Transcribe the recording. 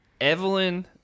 Evelyn